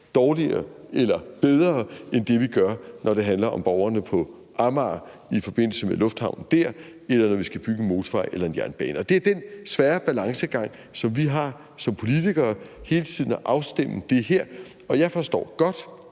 dårligere eller bedre end det, vi gør, når det handler om borgerne på Amager i forbindelse med lufthavnen der, eller når vi skal bygge en motorvej eller en jernbane. Og det er den svære balancegang, som vi har som politikere, altså hele tiden at afstemme det her. Og jeg forstår godt,